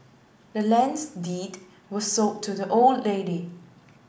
the land's deed was sold to the old lady